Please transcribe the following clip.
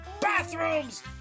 bathrooms